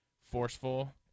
forceful